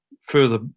further